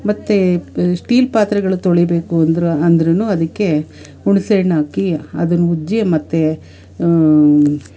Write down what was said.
ಮತ್ತು ಶ್ಟೀಲ್ ಪಾತ್ರೆಗಳು ತೊಳೀಬೇಕು ಅಂದರೂ ಅಂದರೂ ಅದಕ್ಕೆ ಹುಣ್ಸೆಹಣ್ಣು ಹಾಕಿ ಅದನ್ನು ಉಜ್ಜಿ ಮತ್ತೆ